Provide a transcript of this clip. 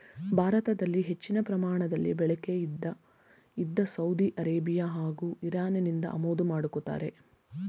ಭಾರತದಲ್ಲಿ ಹೆಚ್ಚಿನ ಪ್ರಮಾಣದಲ್ಲಿ ಬಳಕೆಯಿದೆ ಇದ್ನ ಸೌದಿ ಅರೇಬಿಯಾ ಹಾಗೂ ಇರಾನ್ನಿಂದ ಆಮದು ಮಾಡ್ಕೋತಾರೆ